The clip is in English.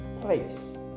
place